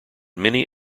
many